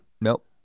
Nope